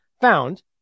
found